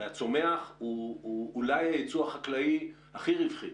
הרי הצומח הוא אולי היוצא החקלאי הכי רווחי.